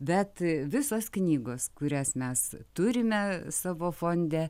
bet visos knygos kurias mes turime savo fonde